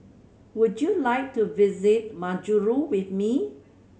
would you like to visit Majuro with me